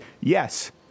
yes